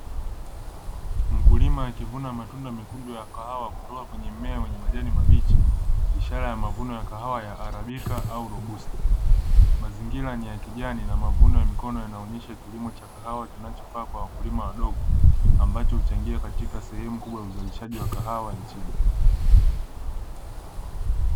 Mkulima akivuna matunda mekundu ya kahawa kutoka kwenye mmea wenye majani mabichi ishara ya mavuno ya kahawa ya arabika au rubusta. Mazingira ni ya kijani na mavuno ya mikono yanaoonyesha kilimo cha kahawa kinachofaa kwa wakulima wadogo ambacho huchangia katika sehemu kubwa ya uzalishaji wa kahawa nchini.